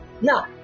now